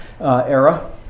era